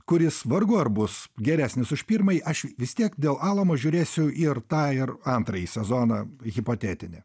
kuris vargu ar bus geresnis už pirmąjį aš vis tiek dėl alamo žiūrėsiu ir tą ir antrąjį sezoną hipotetinį